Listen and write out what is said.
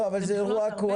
לא, אבל זה אירוע כואב.